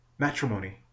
Matrimony